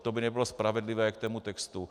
To by nebylo spravedlivé k tomu textu.